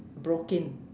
broke in